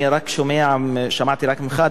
אני שמעתי רק ממך,